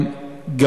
מה התברר?